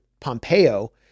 Pompeo